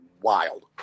wild